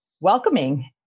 welcoming